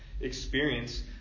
experience